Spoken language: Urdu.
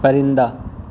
پرندہ